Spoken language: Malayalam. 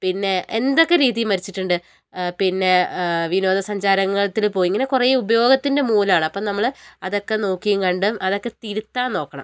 പിന്നെ എന്തൊക്കെ രീതിയിൽ മരിച്ചിട്ടുണ്ട് പിന്നെ വിനോദസഞ്ചാരത്തിനു പോയി ഇങ്ങനെ കുറേ ഉപയോഗത്തിൻ്റെ മൂലമാണ് അപ്പോൾ നമ്മൾ അതൊക്കെ നോക്കീം കണ്ടും അതൊക്കെ തിരുത്താൻ നോക്കണം